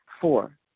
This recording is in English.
Four